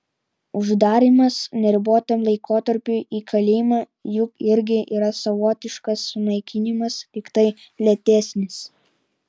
uždarymas neribotam laikotarpiui į kalėjimą juk irgi yra savotiškas sunaikinimas tiktai lėtesnis